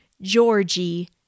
Georgie